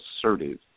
assertive